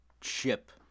ship